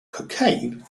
cocaine